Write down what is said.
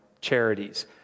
charities